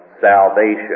salvation